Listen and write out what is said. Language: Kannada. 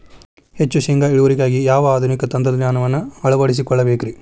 ಹೆಚ್ಚು ಶೇಂಗಾ ಇಳುವರಿಗಾಗಿ ಯಾವ ಆಧುನಿಕ ತಂತ್ರಜ್ಞಾನವನ್ನ ಅಳವಡಿಸಿಕೊಳ್ಳಬೇಕರೇ?